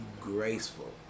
graceful